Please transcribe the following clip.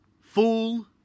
Fool